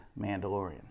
mandalorian